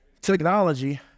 Technology